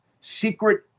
secret